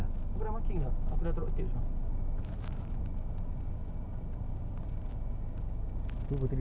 ini aku tengah buat yang ingat tak aku dengan kamu yang nak kena rekod suara tu baby